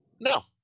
No